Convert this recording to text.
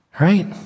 Right